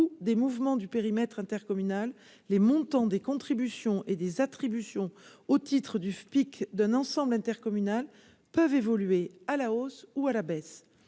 des mouvements du périmètre intercommunal, les montants des contributions et des attributions au titre du FPIC d'un ensemble intercommunal peuvent évoluer à la hausse ou à la baisse,